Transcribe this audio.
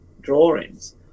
drawings